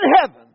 heaven